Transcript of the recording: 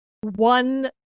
one